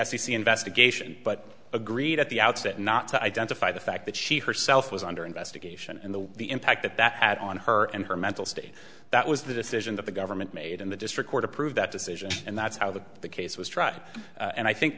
c investigation but agreed at the outset not to identify the fact that she herself was under investigation and the the impact that that had on her and her mental state that was the decision that the government made and the district court approved that decision and that's how the the case was tried and i think